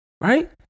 Right